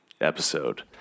episode